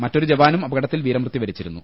മറ്റൊരു ജവാനും അപകടത്തിൽ വീരമൃത്യു വരിച്ചിരുന്നു